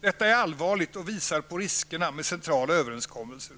Detta är allvarligt och visar på riskerna med centrala överenskommelser.